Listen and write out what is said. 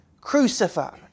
crucified